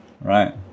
Right